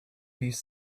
piece